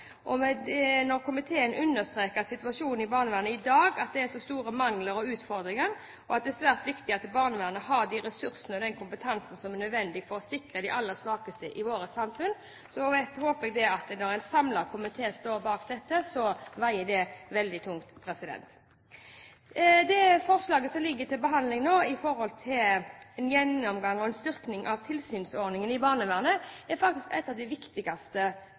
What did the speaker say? i dag, at det er store mangler og utfordringer, og at det er svært viktig at barnevernet har de ressursene og den kompetansen som er nødvendig for å sikre de aller svakeste i vårt samfunn. Jeg håper at når det er en samlet komité som står bak dette, veier det veldig tungt. Det forslaget som nå ligger til behandling om en gjennomgang og en styrking av tilsynsordningen i barnevernet, er faktisk et av de viktigste